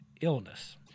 illness